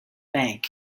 bank